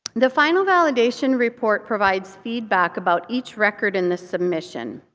the final validation report provides feedback about each record in the submission.